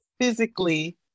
physically